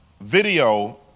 video